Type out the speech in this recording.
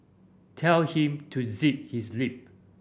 tell him to zip his lip